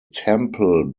temple